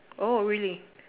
oh really